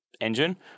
engine